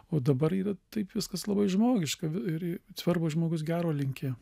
o dabar yra taip viskas labai žmogiška ir svarbu žmogus gero linki